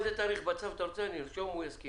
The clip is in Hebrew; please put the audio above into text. איזה תאריך בצו אתה רוצה אני ארשום, הוא יסכים.